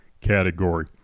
category